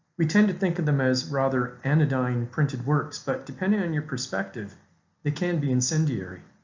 we tend to think of them as rather anodyne printed works but depending on your perspective it can be incendiary.